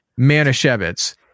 Manashevitz